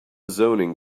zoning